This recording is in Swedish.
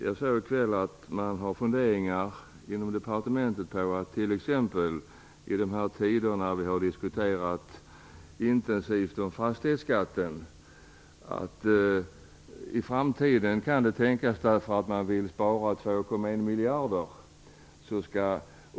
Jag såg i kväll att man inom departementet har funderingar på att t.ex. i dessa tider, när vi har diskuterat intensivt som fastighetsskatten, spara 2,1 miljarder.